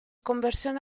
conversión